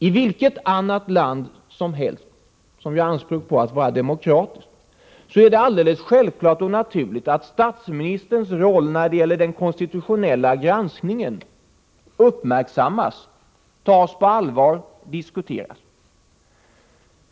I vilket annat land som helst som gör anspråk på att vara demokratiskt är det självklart och naturligt att statsministerns roll när det gäller den konstitutionella granskningen uppmärksammas, tas på allvar och diskuteras.